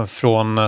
från